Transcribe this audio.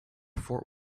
fort